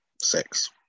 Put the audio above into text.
six